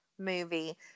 movie